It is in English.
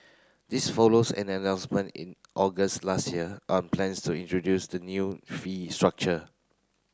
this follows an announcement in August last year on plans to introduce the new fee structure